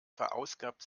verausgabt